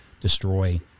destroy